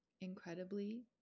incredibly